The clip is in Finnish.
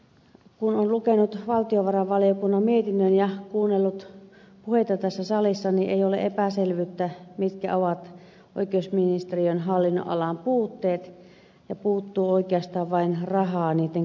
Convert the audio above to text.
kun on lukenut valtiovarainvaliokunnan mietinnön ja kuunnellut puheita tässä salissa niin ei ole epäselvyyttä mitkä ovat oikeusministeriön hallinnonalan puutteet ja puuttuu oikeastaan vain rahaa niitten korjaamiseen